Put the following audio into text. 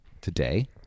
today